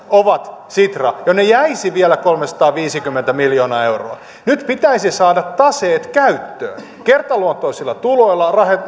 on sitra jonne jäisi vielä kolmesataaviisikymmentä miljoonaa euroa nyt pitäisi saada taseet käyttöön kertaluontoisilla tuloilla